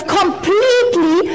completely